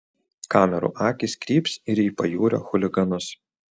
kamerų akys kryps ir į pajūrio chuliganus